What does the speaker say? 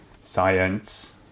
science